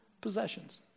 possessions